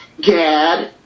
Gad